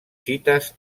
cites